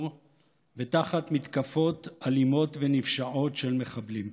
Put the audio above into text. ותחת מתקפות אלימות ונפשעות של מחבלים.